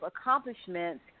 accomplishments